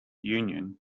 union